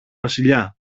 βασιλιά